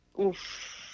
Oof